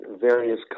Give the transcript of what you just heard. various